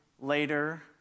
later